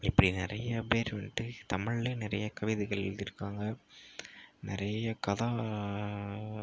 இப்படி நிறைய பேர் வந்துட்டு தமிழ்ல நிறைய கவிதைகள் எழுதிருக்காங்க நிறைய கதை